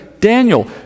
Daniel